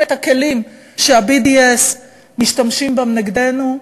את הכלים שה-BDS משתמשים בהם נגדנו,